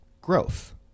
growth